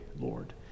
Lord